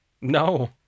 No